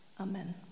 Amen